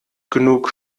genug